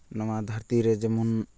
ᱱᱚᱣᱟ ᱫᱷᱟᱹᱨᱛᱤ ᱨᱮ ᱡᱮᱢᱚᱱ